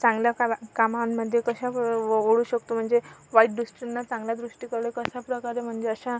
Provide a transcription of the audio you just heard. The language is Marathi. चांगल्या कामा कामांमध्ये कशा वं वो ओढू शकतो म्हणजे वाईट दृष्टींना चांगल्या दृष्टीकडे कशा प्रकारे म्हणजे अशा